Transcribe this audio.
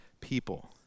people